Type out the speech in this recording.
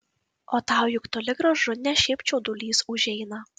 o tau juk toli gražu ne šiaip čiaudulys užeina